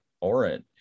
orange